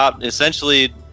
essentially